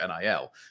NIL